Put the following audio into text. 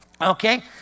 Okay